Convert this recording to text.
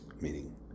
meaning